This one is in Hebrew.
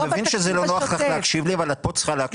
אני מבין שזה לא נוח לך להקשיב לי אבל את פה צריכה להקשיב לי.